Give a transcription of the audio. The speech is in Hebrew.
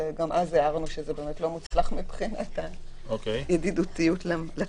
גם אז הערנו שזה לא מוצלח מבחינת הידידותיות לציבור.